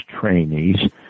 trainees